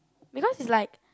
because it's like